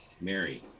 Mary